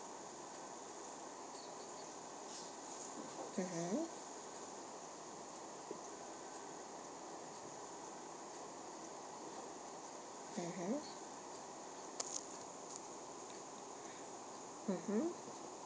mmhmm mmhmm mmhmm